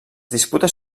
disputes